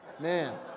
man